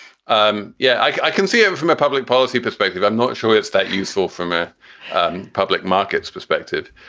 um yeah, i can see him from a public policy perspective. i'm not sure it's that useful from a public market's perspective.